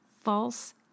false